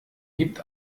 gibt